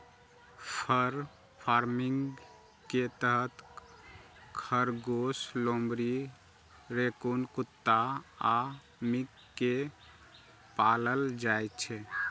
फर farming के तहत खरगोश, लोमड़ी, रैकून कुत्ता आ मिंक कें पालल जाइ छै